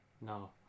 No